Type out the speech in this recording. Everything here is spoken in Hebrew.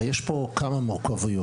הרי יש כאן כמה מורכבויות.